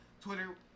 Twitter